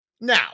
Now